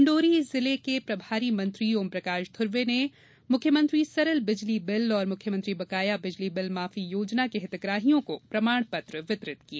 डिण्डोरी में जिले के प्रभारी मंत्री ओमप्रकाश ध्र्वे ने मुख्यमंत्री सरल बिजली बिल और मुख्यमंत्री बकाया बिजली बिल माफी योजना के हितग्राहियों को प्रमाण पत्र वितरित किए